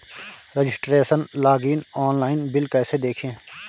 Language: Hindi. रजिस्ट्रेशन लॉगइन ऑनलाइन बिल कैसे देखें?